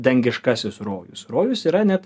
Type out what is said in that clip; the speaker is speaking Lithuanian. dangiškasis rojus rojus yra net